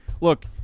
Look